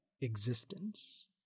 existence